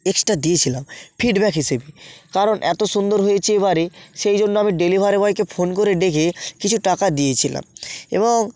extra দিয়েছিলাম feedback হিসেবে কারণ এত সুন্দর হয়েছে এবারে সেই জন্য আমি ডেলিভারি বয়কে ফোন করে ডেকে কিছু টাকা দিয়েছিলাম এবং